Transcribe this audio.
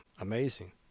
amazing